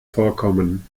vorkommen